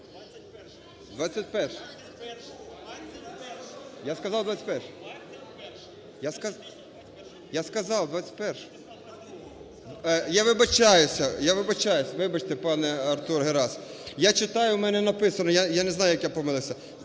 Я сказав, 21-а. Я вибачаюся, вибачте, пане Артур Герасимов. Я читаю, в мене написано, я не знаю, як я помилився.